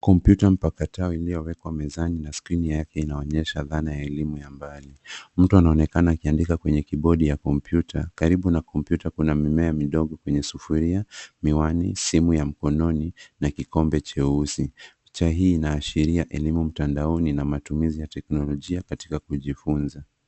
Kompyuta mpakato iliowekwa mezani na skirini yake inaonyesha dhana yake ya elimu ya mbali. Mtu anaonekana akiandika kwenye kibodi ya kompyuta, karibu na kompyuta kuna mimea midogo kwenye sufuria, miwani, simu ya mkononi, na kikombe cheusi. Picha hii inaashiria elimu mtandaoni na matumizi ya teknolojia katika kujifunza.